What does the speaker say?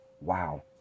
wow